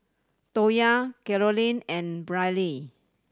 Tonya Carolyn and Brylee